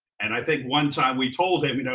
and i think one time we told him, you know